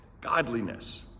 godliness